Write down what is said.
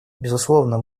безусловно